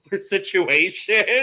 situation